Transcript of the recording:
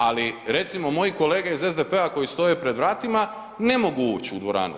Ali recimo moji kolege iz SDP-a koji stoje pred vratima ne mogu uć u dovranu.